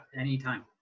Anytime